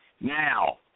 Now